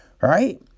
right